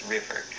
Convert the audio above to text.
River